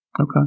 Okay